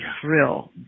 thrill